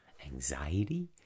anxiety